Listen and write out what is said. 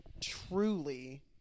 truly